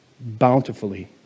bountifully